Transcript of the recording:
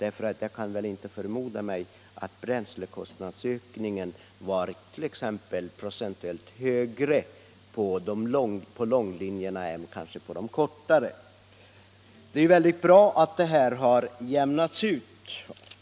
Jag kan inte föreställa mig att bränslekostnadsökningen varit procentuellt högre på långlinjerna än - Nr 63 på de kortare linjerna. Tisdagen den Det är bra att det nu har skett en utjämning.